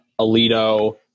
alito